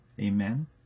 Amen